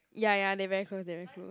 ya ya they very close they very close